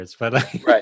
Right